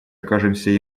окажемся